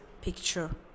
picture